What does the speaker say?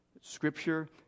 Scripture